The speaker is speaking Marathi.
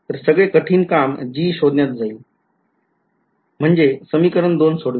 तर सगळे कठीण काम g शोधण्यात जाईल म्हणे समीकरण २ सोडविण्यात